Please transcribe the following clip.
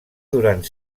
durant